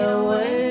away